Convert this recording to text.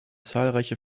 zahlreiche